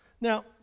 Now